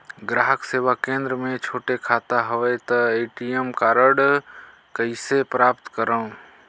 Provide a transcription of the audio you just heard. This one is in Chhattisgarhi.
ग्राहक सेवा केंद्र मे छोटे खाता हवय त ए.टी.एम कारड कइसे प्राप्त करव?